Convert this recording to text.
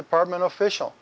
department official